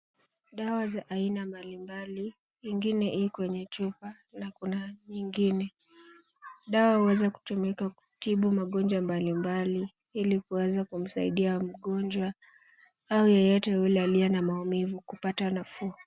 Dawa za aina mbalimbali, ingine iko kwenye chupa na kuna nyingine. Dawa huweza kutumika kutibu magonjwa mbalimbali ili kuweza kumsaidia mgonjwa au yeyote yule aliye na maumivu ili kupata nafuu.